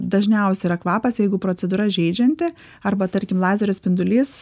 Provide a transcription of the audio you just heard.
dažniausia yra kvapas ir jeigu procedūra žeidžianti arba tarkim lazerio spindulys